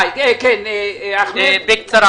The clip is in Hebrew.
אחמד.